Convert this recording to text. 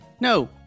No